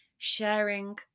sharing